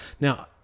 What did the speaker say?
Now